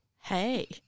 Hey